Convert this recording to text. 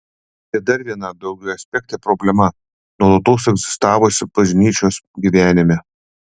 tai dar viena daugiaaspektė problema nuolatos egzistavusi bažnyčios gyvenime